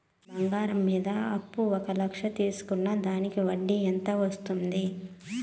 బంగారం మీద అప్పు ఒక లక్ష తీసుకున్న దానికి వడ్డీ ఎంత పడ్తుంది?